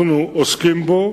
אנחנו עוסקים בו.